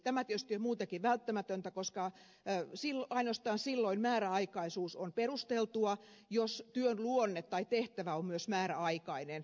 tämä tietysti on muutenkin välttämätöntä koska ainoastaan silloin määräaikaisuus on perusteltua jos työn luonne tai tehtävä on myös määräaikainen